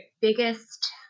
biggest